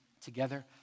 together